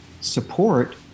support